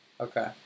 Okay